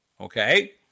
okay